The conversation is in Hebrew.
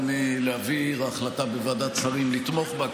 להעביר החלטה בוועדת שרים לתמוך בה.